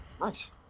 nice